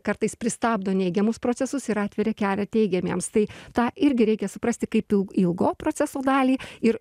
kartais pristabdo neigiamus procesus ir atveria kelią teigiamiems tai tą irgi reikia suprasti kaip ilg ilgo proceso dalį ir